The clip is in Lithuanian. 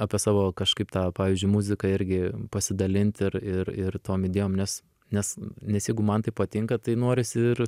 apie savo kažkaip tą pavyzdžiui muziką irgi pasidalint ir ir ir tom idėjom nes nes nes jeigu man tai patinka tai norisi ir